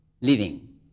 living